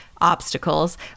obstacles